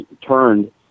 turned